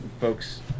folks